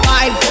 Five